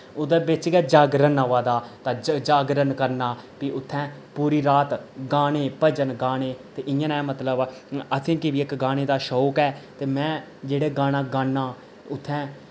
ओह्दे बिच्च गै जागरण आवा दा तां जागरण करना फ्ही उत्थैं पूरी रात गाने भजन गाने ते इयां नै मतलब असेंगी बी इक गाने दा शौक ऐ ते मैं जेह्ड़ा गाना गाना उत्थैं